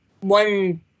one